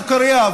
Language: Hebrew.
סוכרייה,